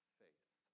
faith